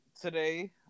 today